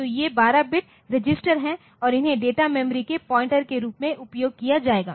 तो ये 12 bit register हैं और इन्हें डेटा मेमोरी के पॉइंटर के रूप में उपयोग किया जाएगा